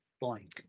blank